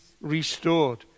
restored